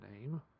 name